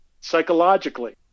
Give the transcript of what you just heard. psychologically